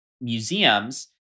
museums